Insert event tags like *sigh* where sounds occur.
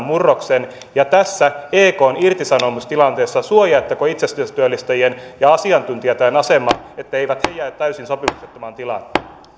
*unintelligible* murroksen ja suojaatteko tässä ekn irtisanomistilanteessa itsensätyöllistäjien ja asiantuntijoiden asemaa että he eivät jää täysin sopimuksettomaan tilaan